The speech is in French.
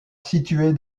située